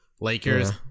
Lakers